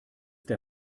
der